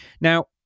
Now